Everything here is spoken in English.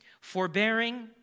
forbearing